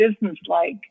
business-like